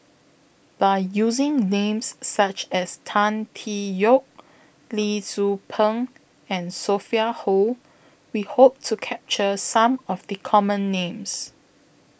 By using Names such as Tan Tee Yoke Lee Tzu Pheng and Sophia Hull We Hope to capture Some of The Common Names